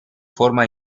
forma